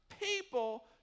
people